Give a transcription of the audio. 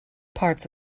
parts